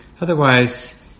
Otherwise